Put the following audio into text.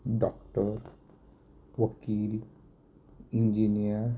doctor वकील engineer